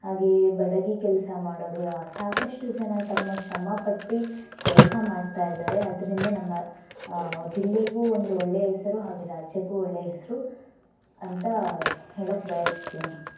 ಹಾಗೆಯೇ ಬಡಗಿ ಕೆಲಸ ಮಾಡೋರು ಸಾಕಷ್ಟು ಜನ ತಮ್ಮ ಶ್ರಮಪಟ್ಟು ಕೆಲಸ ಮಾಡ್ತಯಿದ್ದಾರೆ ಅದರಿಂದ ನಮ್ಮ ಜಿಲ್ಲೆಗೂ ಒಂದು ಒಳ್ಳೆಯ ಹೆಸರು ಹಾಗೆ ರಾಜ್ಯಕ್ಕೂ ಒಳ್ಳೆಯ ಹೆಸರು ಅಂತ ಹೇಳೋಕ್ಕೆ ಬಯಸ್ತೀನಿ